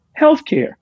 Healthcare